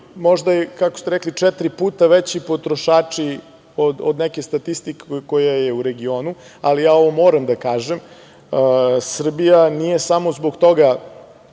možda, i kako ste rekli, četiri puta veći potrošači od neke statistike koja je u regionu, ali ja ovo moram da kažem, Srbija nije samo zbog toga